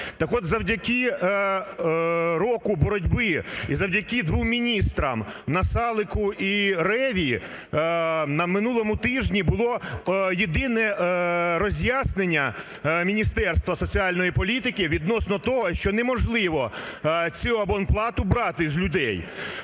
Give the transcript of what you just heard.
Так от завдяки року боротьби і завдяки двом міністрам, Насалику і Реві, на минулому тижні було єдине роз'яснення Міністерства соціальної політики відносно того, що неможливо цю абонплату брати з людей.